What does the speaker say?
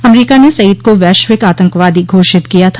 अमरीका ने सईद को वैश्विक आतंकवादी घोषित किया था